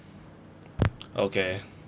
okay